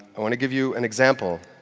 i want to give you an example.